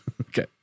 okay